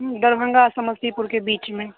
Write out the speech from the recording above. दरभंगा समस्तीपुर के बीच में